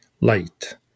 light